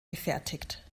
gefertigt